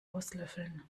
auslöffeln